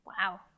wow